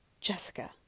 Jessica